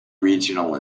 regional